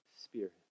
Spirit